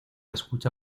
escucha